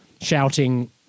Shouting